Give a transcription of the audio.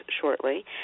shortly